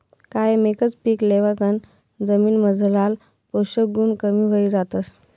कायम एकच पीक लेवाकन जमीनमझारला पोषक गुण कमी व्हयी जातस